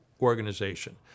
organization